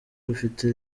bufite